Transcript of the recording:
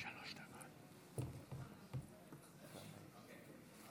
כבוד היושב-ראש, כבוד השרים, שאני לא רואה